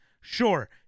Sure